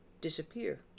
disappear